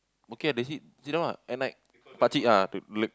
okay that's it sit down ah at night Pakcik ah